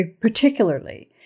particularly